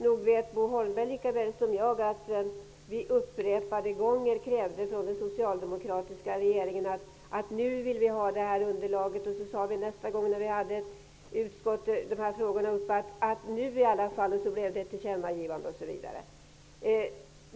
Nog vet Bo Holmberg lika väl som jag att vi upprepade gånger krävde av den socialdemokratiska regeringen att få det här underlaget. Nästa gång vi hade de här frågorna uppe i utskottet sade vi: Nu i alla fall... Och så blev det ett tillkännagivande.